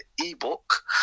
ebook